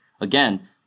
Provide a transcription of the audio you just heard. again